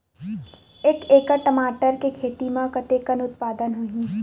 एक एकड़ टमाटर के खेती म कतेकन उत्पादन होही?